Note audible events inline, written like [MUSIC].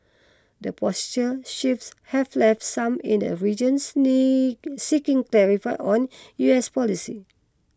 the posture shifts have left some in the region [UNINTELLIGIBLE] seeking clarify on U S policy